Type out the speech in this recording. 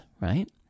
right